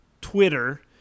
Twitter